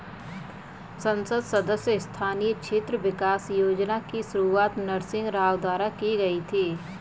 संसद सदस्य स्थानीय क्षेत्र विकास योजना की शुरुआत नरसिंह राव द्वारा की गई थी